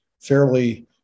fairly